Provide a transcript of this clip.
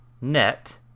net